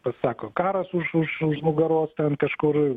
pasako karas už už už nugaros ten kažkur